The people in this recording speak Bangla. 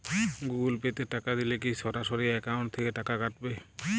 গুগল পে তে টাকা দিলে কি সরাসরি অ্যাকাউন্ট থেকে টাকা কাটাবে?